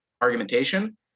argumentation